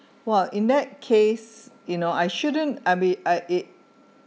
!wow! in that case you know I shouldn't I be I it